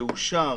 תאושר